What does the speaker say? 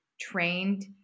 trained